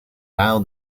now